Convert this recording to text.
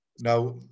Now